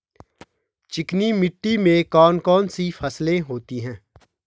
चिकनी मिट्टी में कौन कौन सी फसलें होती हैं?